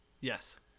Yes